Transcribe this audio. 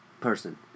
person